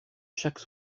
chaque